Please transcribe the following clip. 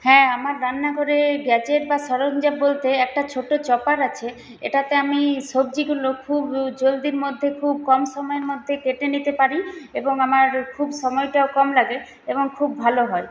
হ্যাঁ আমার রান্নাঘরে গ্যাজেট বা সরঞ্জাম বলতে একটা ছোট চপার আছে এটাতে আমি সবজিগুলো খুব জলদির মধ্যে খুব কম সময়ের মধ্যে কেটে নিতে পারি এবং আমার খুব সময়টাও কম লাগে এবং খুব ভালো হয়